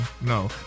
No